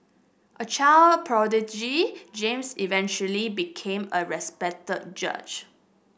a child prodigy James eventually became a respected judge